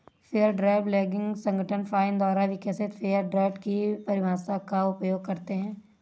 fair trade labelling संगठन FINE द्वारा विकसित फेयर ट्रेड की परिभाषा का उपयोग करते हैं